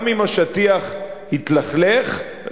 גם אם השטיח התלכלך,